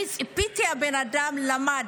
אני ציפיתי שהבן אדם ילמד.